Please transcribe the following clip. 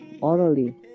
orally